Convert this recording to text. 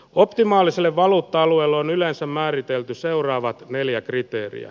optimaaliselle valuutta alueella on yleensä määritelty seuraavat neljä kriteeriä